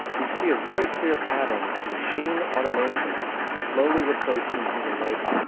we see a very clear pattern of machine automation slowly replacing human labour.